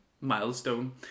milestone